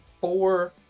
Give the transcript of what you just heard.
four